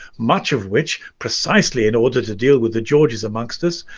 much of which precisely in order to deal with the george's amongst us,